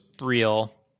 real